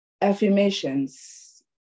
affirmations